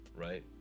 right